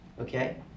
okay